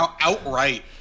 Outright